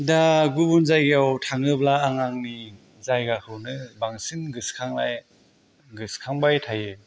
दा गुबुन जायगायाव थाङोब्ला आं आंनि जायगाखौनो बांसिन गोसोखांबाय थायो